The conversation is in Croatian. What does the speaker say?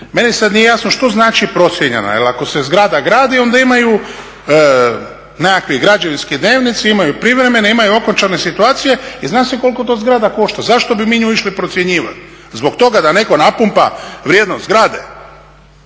Meni sad nije jasno što znači procijenjena jer ako se zgrada gradi onda imaju nekakvi građevinski dnevnici, imaju privremeni, imaju okončane situacije i zna se koliko to zgrada košta. Zašto bi mi nju išli procjenjivat? Zbog toga da netko napumpa vrijednost zgrade?